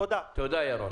תודה, ירון.